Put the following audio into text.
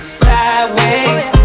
sideways